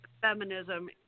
feminism